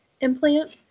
implant